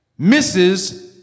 Mrs